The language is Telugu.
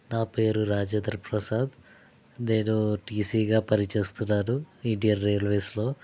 నా పేరు రాజేంద్రప్రసాద్ నేను టీసీగా పనిచేస్తున్నారు ఇండియన్ రైల్వేస్లో